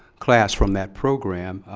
class from that program.